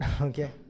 Okay